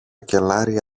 κελάρι